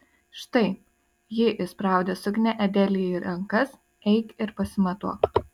štai ji įspraudė suknią adelijai į rankas eik ir pasimatuok